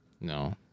No